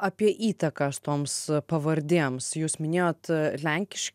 apie įtakas toms pavardėms jūs minėjot lenkiš